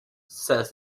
says